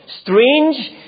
strange